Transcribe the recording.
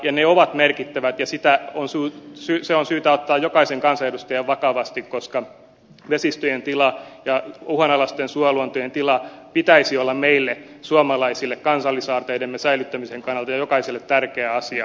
ne ovat merkittävät ja se on syytä ottaa jokaisen kansanedustajan vakavasti koska vesistöjen ja uhanalaisten suoluontojen tilan pitäisi olla meille jokaiselle suomalaiselle kansallisaarteidemme säilyttämisen kannalta tärkeä asia